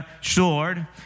sword